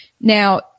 Now